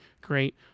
great